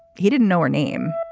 he didn't know her name.